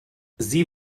sie